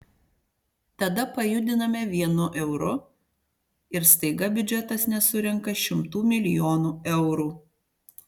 tada pajudiname vienu euru ir staiga biudžetas nesurenka šimtų milijonų eurų